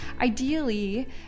Ideally